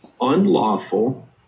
unlawful